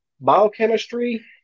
biochemistry